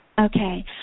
Okay